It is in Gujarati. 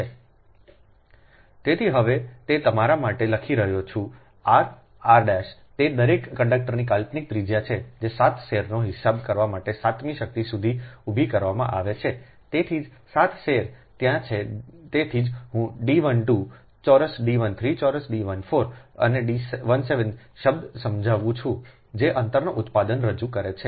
તેથી હવે હું તે તમારા માટે લખી રહ્યો છું rઆર તે દરેક કન્ડક્ટરની કાલ્પનિક ત્રિજ્યા છે જે 7 સેરનો હિસાબ કરવા માટે 7 મી શક્તિ સુધી ઉભી કરવામાં આવે છે તેથી જ 7 સેર ત્યાં છે તેથી હું D 12 ચોરસ D 13 ચોરસ D 14 અને D 17 શબ્દને સમજાવું છું જે અંતરના ઉત્પાદનને રજૂ કરે છે